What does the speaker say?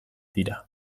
dira